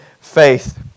faith